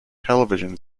television